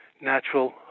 natural